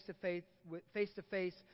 face-to-face